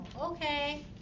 Okay